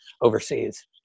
overseas